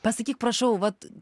pasakyk prašau vat